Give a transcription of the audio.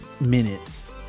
minutes